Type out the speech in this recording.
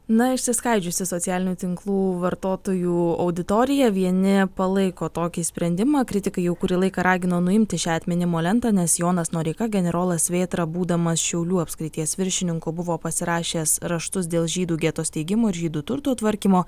na išsiskaidžiusi socialinių tinklų vartotojų auditorija vieni palaiko tokį sprendimą kritikai jau kurį laiką ragino nuimti šią atminimo lentą nes jonas noreika generolas vėtra būdamas šiaulių apskrities viršininku buvo pasirašęs raštus dėl žydų geto steigimo ir žydų turto tvarkymo